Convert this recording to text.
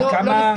מה העלות,